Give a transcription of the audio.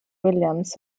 williams